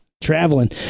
Traveling